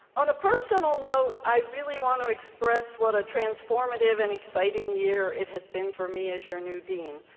on a personal note, i really want to express what a transformative and exciting year it has been for me as your new dean.